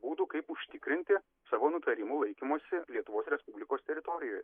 būdų kaip užtikrinti savo nutarimų laikymosi lietuvos respublikos teritorijoje